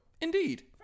Indeed